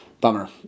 bummer